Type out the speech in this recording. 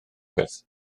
beth